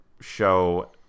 show